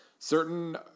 Certain